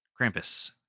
Krampus